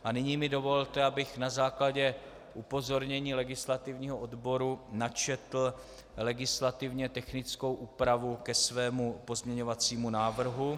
A nyní mi dovolte, abych na základě upozornění legislativního odboru načetl legislativně technickou úpravu ke svému pozměňovacímu návrhu.